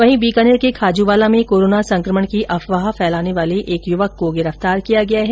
वहीं बीकानेर के खाजूवाला में कोरोना संकमण की अफवाह फैलाने वाले एक युवक को गिरफ्तार किया गया है